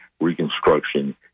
reconstruction